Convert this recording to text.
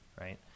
right